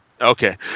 Okay